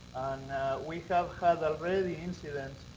and we have had already incidents,